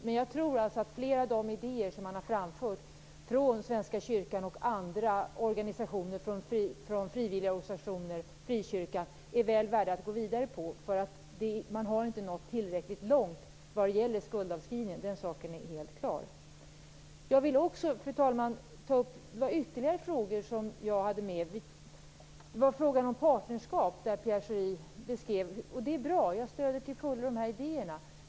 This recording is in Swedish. Men jag tror att flera av de idéer man har framfört från Svenska kyrkan, frivilligorganisationer, frikyrkan, är väl värda att gå vidare med. Man har inte nått tillräckligt långt vad gäller skuldavskrivningen. Den saken är helt klar. Fru talman! Jag vill ta upp några ytterligare frågor. Pierre Schori tog upp frågan om partnerskap. Jag stöder till fullo idéerna.